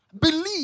believe